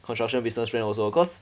construction business friend also cause